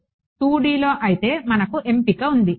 2Dలో అయితే మనకు ఎంపిక ఉంది